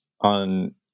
on